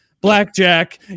Blackjack